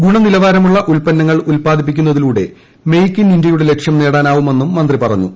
ഗുണനിലവാരമുള്ള ഉൽപ്പന്നങ്ങൾ ഉത്പാദിപ്പിക്കുന്നതിലൂടെ മെയ്ക്ക് ഇൻ ഇന്ത്യയുടെ ലക്ഷ്യം നേടാനാവുമെന്നും മന്ത്രി പറഞ്ഞു